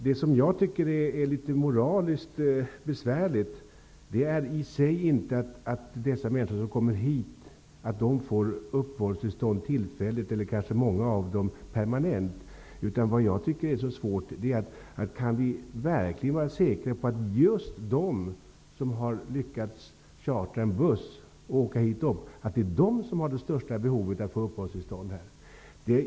Det som jag tycker är litet moraliskt besvärligt är i sig inte att de människor som kommer hit får uppehållstillstånd tillfälligt eller permanent, utan det som jag tycker är så svårt är om vi verkligen kan vara säkra på att just de som har lyckats chartra en buss och åka hit upp, har det största behovet att få uppehållstillstånd här.